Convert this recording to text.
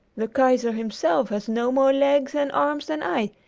the kaiser himself has no more legs and arms than i,